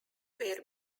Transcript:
were